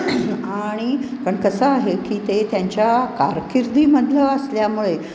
आणि पण कसं आहे की ते त्यांच्या कारकिर्दीमधलं असल्यामुळे